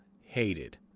hated